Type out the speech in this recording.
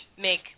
make